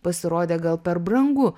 pasirodė gal per brangu